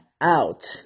out